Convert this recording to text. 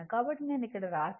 కాబట్టి నేను ఇక్కడ వ్రాశాను